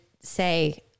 say